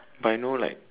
but you know like